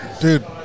Dude